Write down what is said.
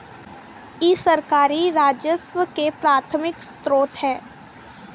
इ सरकारी राजस्व के प्राथमिक स्रोत ह